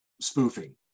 spoofing